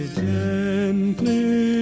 gently